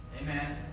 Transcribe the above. Amen